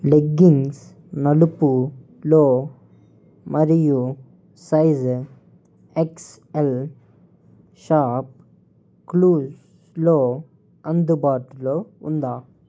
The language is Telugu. లెగ్గింగ్స్ నలుపులో మరియు సైజ్ ఎక్స్ఎల్ షాప్క్లూస్లో అందుబాటులో ఉందా